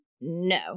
No